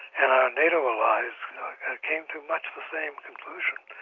and our nato allies came to much the same conclusion